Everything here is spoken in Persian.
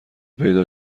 پیدا